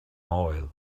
oil